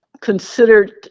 considered